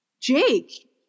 Jake